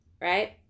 right